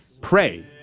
pray